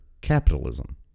capitalism